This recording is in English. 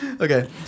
Okay